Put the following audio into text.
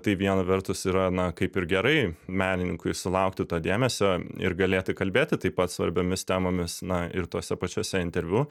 tai viena vertus yra na kaip ir gerai menininkui sulaukti to dėmesio ir galėti kalbėti taip pat svarbiomis temomis na ir tuose pačiuose interviu